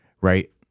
Right